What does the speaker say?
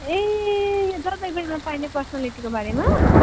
ए यो जलपाइगुढीमा पाइने पर्सान्यालिटीको बारेमा